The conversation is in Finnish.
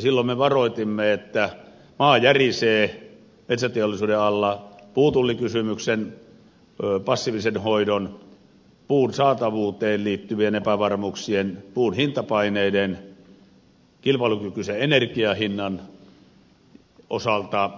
silloin me varoitimme että maa järisee metsäteollisuuden alla puutullikysymyksen passiivisen hoidon puun saatavuuteen liittyvien epävarmuuksien puun hintapaineiden ja kilpailukykyisen energianhinnan osalta